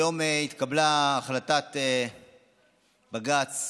היום התקבלה החלטת בג"ץ